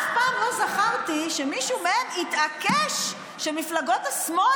אף פעם לא זכרתי שמישהו מהם התעקש שמפלגות השמאל